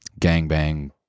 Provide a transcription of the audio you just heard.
gangbang